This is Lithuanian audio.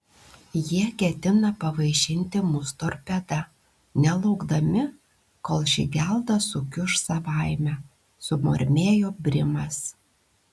jie ketina pavaišinti mus torpeda nelaukdami kol ši gelda sukiuš savaime sumurmėjo brimas